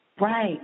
Right